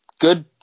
good